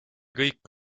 kõik